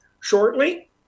shortly